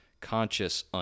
conscious